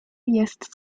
jest